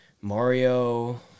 Mario